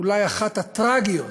אולי אחת הטרגיות